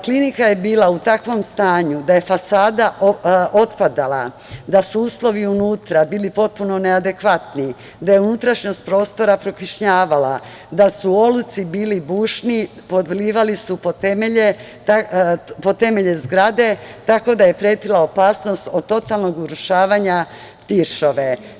Klinika je bila u takvom stanju da je fasada otpadala, da su uslovi unutra bili potpuno neadekvatni, da je unutrašnjost prokišnjavala, da su oluci bili bušni, podlivali su pod temelje zgrade, tako da je pretila opasnost od totalnog urušavanja Tiršove.